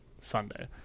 Sunday